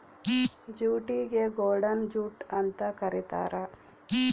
ಜೂಟಿಗೆ golden jute ಅಂತ ಕರೀತಾರ